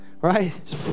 right